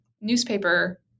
newspaper